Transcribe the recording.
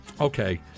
Okay